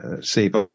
save